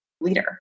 leader